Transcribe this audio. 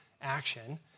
action